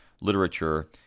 literature